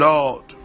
Lord